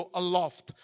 aloft